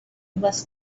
was